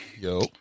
Yo